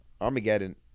Armageddon